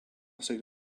side